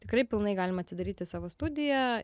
tikrai pilnai galima atidaryti savo studiją